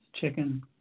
chicken